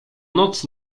noc